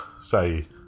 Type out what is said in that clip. say